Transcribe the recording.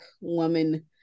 woman